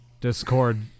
Discord